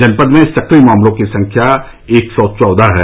जनपद में सक्रिय मामलों की संख्या एक सौ चौदह है